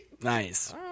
Nice